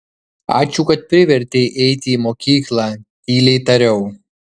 ačiū kad privertei eiti į mokyklą tyliai tariau